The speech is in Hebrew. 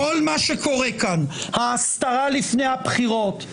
כל מה שקורה כאן ההסתרה לפני הבחירות,